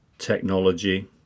Technology